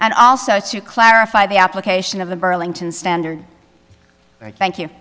and also to clarify the application of the burlington standard thank you